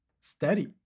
steady